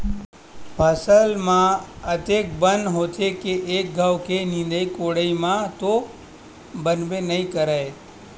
फसल म अतेक बन होथे के एक घांव के निंदई कोड़ई म तो बनबे नइ करय